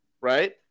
right –